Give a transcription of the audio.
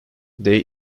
they